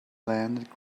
landed